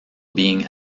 being